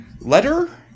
Letter